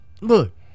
Look